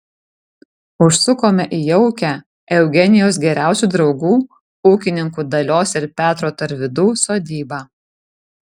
užsukome į jaukią eugenijaus geriausių draugų ūkininkų dalios ir petro tarvydų sodybą